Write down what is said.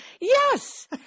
Yes